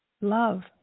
love